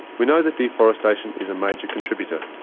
we know that deforestation is a major contributor.